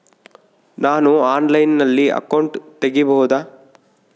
ನಾನು ಆನ್ಲೈನಲ್ಲಿ ಅಕೌಂಟ್ ತೆಗಿಬಹುದಾ?